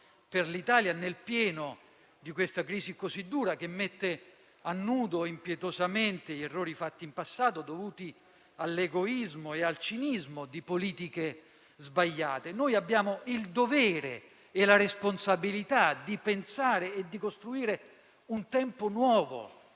per l'Italia, nel pieno di una crisi così dura, che mette impietosamente a nudo gli errori fatti in passato, dovuti all'egoismo e al cinismo di politiche sbagliate. Noi abbiamo il dovere e la responsabilità di pensare e di costruire un tempo nuovo,